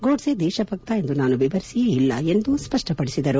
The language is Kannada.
ಗೋಡ್ಡೆ ದೇಶಭಕ್ತ ಎಂದು ನಾನು ವಿವರಿಸಿಯೇ ಇಲ್ಲ ಎಂದು ಸ್ಪಷ್ನ ಪಡಿಸಿದರು